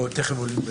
תכף הם עולים בזום.